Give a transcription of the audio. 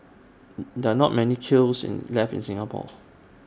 there are not many kilns left in Singapore